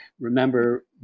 Remember